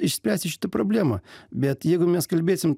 išspręsti šitą problemą bet jeigu mes kalbėsim